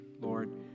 Lord